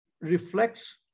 reflects